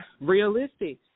realistic